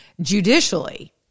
judicially